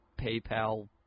PayPal